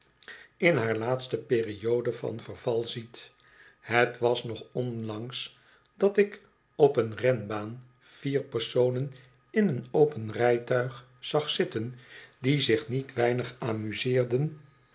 in haar laatste periode van verval ziet het was nog onlangs dat ik op een renbaan vier personen in een open rijtuig zag zitten die zich niet weinig amuseerden